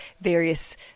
various